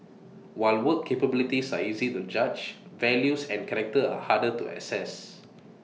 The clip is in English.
while work capabilities are easy to judge values and character are harder to assess